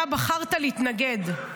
אתה בחרת להתנגד.